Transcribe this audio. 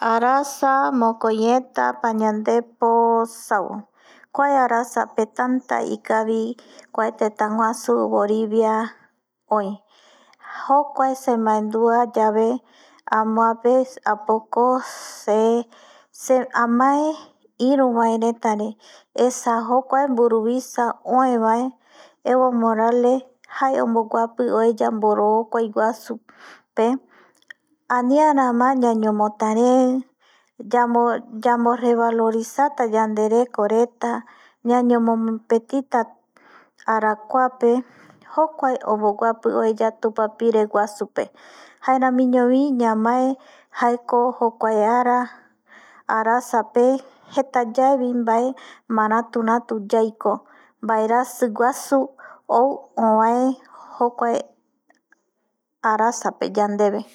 Arasa mokoieta pañandepo sau, kua arasa pe jata ikavi kua teta guasu Borivia, jokua se mandua yave amuape apoko se amae iru va reta re esa jokua burumbisa ue va Evo Morales jae omboguapi ueya boroika guasu pe aniara va yayemotarai ya mo re valorizata yande reko reta yayemo popeti arakua pe jokua omboguapi ueya tupapire guasu pe jaerami ño vi ñamae jaeko jokua arasa jeta yae vae maratu ratu yaiko vaerasi guasu ou ovae jokua arsa pe yandeve